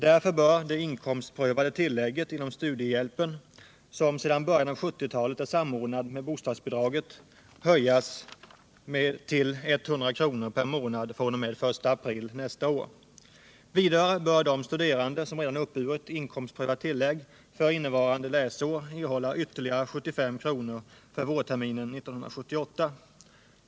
Därför bör det inkomstprövade tillägget inom studiehjälpen, som sedan början av 1970-talet är samordnat med bostadsbidraget, höjas till 100 kr. per månad fr.o.m. den 1 april nästa år. Vidare bör de studerande som redan uppburit inkomstprövat tillägg för innevarande läsår erhålla ytterligare 75 kr. för vårterminen 1978.